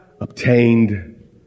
obtained